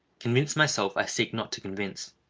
convinced myself, i seek not to convince.